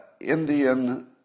Indian